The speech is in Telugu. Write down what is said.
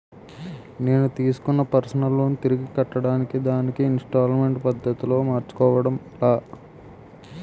నేను తిస్కున్న పర్సనల్ లోన్ తిరిగి కట్టడానికి దానిని ఇంస్తాల్మేంట్ పద్ధతి లో మార్చుకోవడం ఎలా?